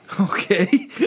Okay